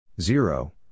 zero